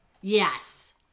Yes